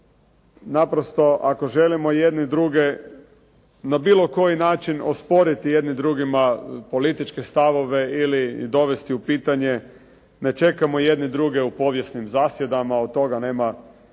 Naprosto ako želimo jedni druge na bilo koji način osporiti jedni drugima političke stavove ili dovesti u pitanje ne čekamo jedni druge u povijesnim zasjedama. Od toga nema nikakve